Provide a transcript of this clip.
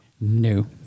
No